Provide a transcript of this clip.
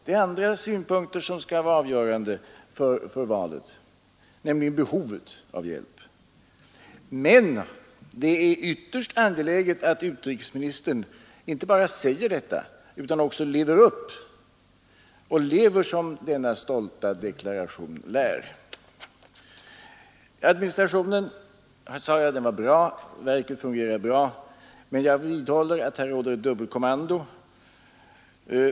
Det är andra synpunkter som skall vara avgörande för valet, nämligen behovet av hjälp. Men det är ytterst angeläget att utrikesministern inte bara säger detta utan också lever som denna stolta deklaration lär. Jag sade tidigare att den svenska biståndsadministrationen är bra och att verket fungerar väl. Men jag vidhåller att det förekommer ett dubbelkommando.